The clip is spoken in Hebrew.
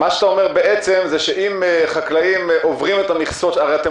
זה אומר בעצם שאם חקלאים עוברים את המכסות הרי אתם